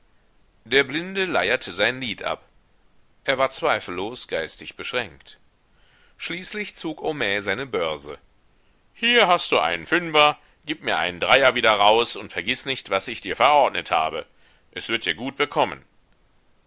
der blinde leierte sein lied ab er war zweifellos geistig beschränkt schließlich zog homais seine börse hier hast du einen fünfer gib mir einen dreier wieder raus und vergiß nicht was ich dir verordnet habe es wird dir gut bekommen